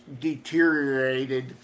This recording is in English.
deteriorated